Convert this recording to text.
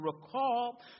recall